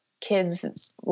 kids